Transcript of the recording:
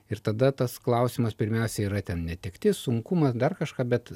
ir tada tas klausimas pirmiausia yra ten netektis sunkumas dar kažką bet